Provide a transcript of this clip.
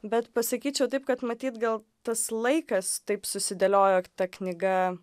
bet pasakyčiau taip kad matyt gal tas laikas taip susidėliojo jog ta knyga